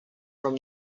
from